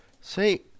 See